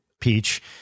Peach